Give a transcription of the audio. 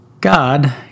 God